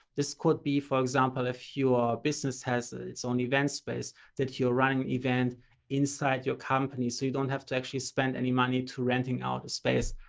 this could be, for example, if your business has its own events space that you're running events inside your company so you don't have to actually spend any money to renting out a space.